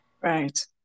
Right